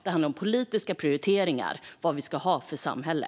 Det handlar om politiska prioriteringar för vad vi ska ha för samhälle.